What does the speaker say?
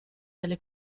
delle